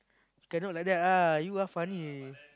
cannot like that ah you ah funny